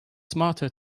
smarter